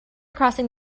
crossing